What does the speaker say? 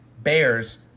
Bears